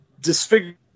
disfigure